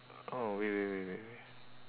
wait wait wait wait wait